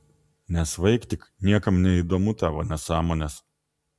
nesvaik tik niekam neįdomu tavo nesąmonės